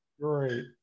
Great